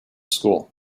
school